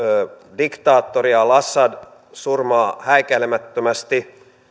diktaattori al assad surmaa häikäilemättömästi